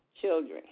Children